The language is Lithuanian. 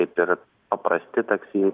kaip ir paprasti taksi